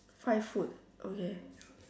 find food okay